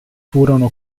furono